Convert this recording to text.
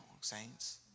saints